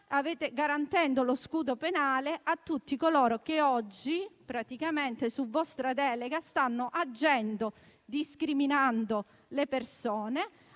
garantita con lo scudo penale a tutti coloro che oggi praticamente, su vostra delega, stanno agendo, discriminando le persone,